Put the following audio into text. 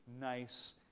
nice